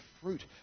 fruit